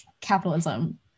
capitalism